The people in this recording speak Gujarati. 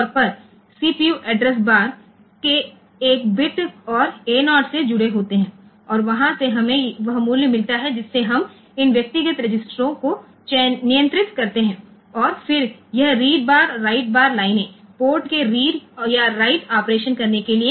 તેથી તેઓ સામાન્ય રીતે CPU એડ્રેસ બાર ના A0 અને A1 બિટ્સ સાથે જોડાયેલા હોય છે અને ત્યાંથી આપણે આ પૃથક રજીસ્ટર ને નિયંત્રિત કરીએ છીએ અને તે મૂલ્ય મેળવીએ છીએ અને પછી આ read bar write bar lines ત્યાં રીડ અથવા રાઈટ ઓપરેશન કરવા માટે હોય છે